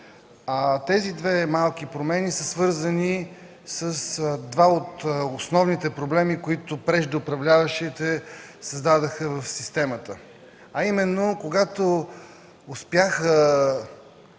Тези две малки промени са свързани с два от основните проблеми, които преждеуправляващите създадоха в системата,